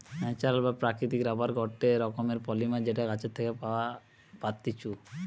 natural বা প্রাকৃতিক rubber গটে রকমের পলিমার যেটা গাছের থেকে পাওয়া পাত্তিছু